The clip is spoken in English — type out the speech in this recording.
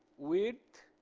width